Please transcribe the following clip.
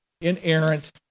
inerrant